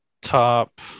Top